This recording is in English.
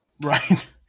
Right